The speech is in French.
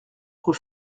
rue